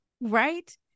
Right